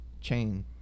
chain